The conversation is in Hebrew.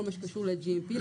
כל מה שקשור ל-GMP,